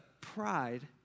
pride